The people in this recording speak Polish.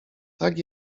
tak